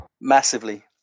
Massively